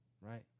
right